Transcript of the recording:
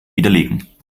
widerlegen